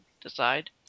decide